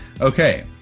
Okay